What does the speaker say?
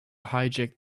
hijack